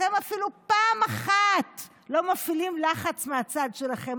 אתם אפילו פעם אחת לא מפעילים לחץ מהצד שלכם,